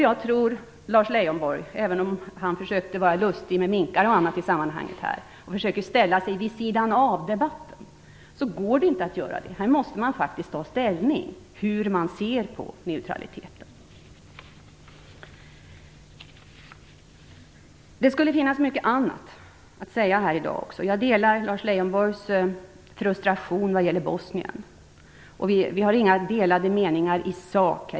Även om Lars Leijonborg försökte vara lustig med minkar och annat och försökte ställa sig vid sidan av debatten, går det inte att göra det. Här måste vi alla ta ställning till hur man ser på neutraliteten. Det skulle finnas mycket att säga om andra frågor. Jag delar Lars Leijonborgs frustration vad gäller Bosnien. Vi har inga delade meningar i sak.